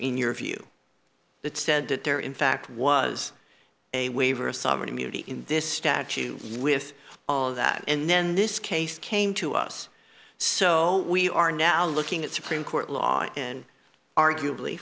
in your view that said that there in fact was a waiver of sovereign immunity in this statute with all of that and then this case came to us so we are now looking at supreme court law and arguably